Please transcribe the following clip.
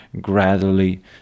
Gradually